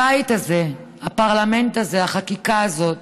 הבית הזה, הפרלמנט הזה, החקיקה הזאת,